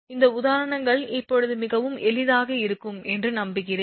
இந்த உதாரணங்கள் இப்போது மிகவும் எளிதாக இருக்கும் என்று நம்புகிறேன்